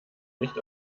nicht